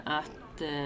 att